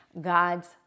God's